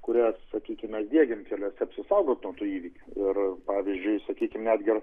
kurias sakykim įdiegėm keliuose apsisaugoti nuo tų įvykių ir pavyzdžiui sakykime netgi ir